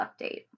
update